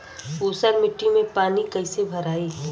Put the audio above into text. ऊसर मिट्टी में पानी कईसे भराई?